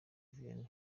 vianney